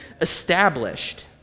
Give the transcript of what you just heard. established